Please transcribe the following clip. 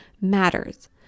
matters